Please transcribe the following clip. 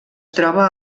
troba